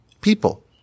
people